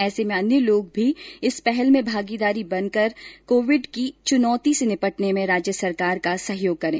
ऐसे में अन्य लोग भी इस पहल में भागीदारी बनकर कोविड की चुनौती से निपटने में राज्य सरकार का सहयोग करें